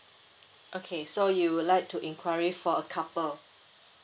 okay so you would like to inquiry for a couple